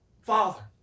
father